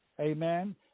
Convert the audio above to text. Amen